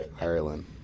Ireland